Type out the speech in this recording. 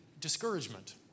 discouragement